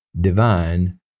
divine